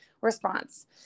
response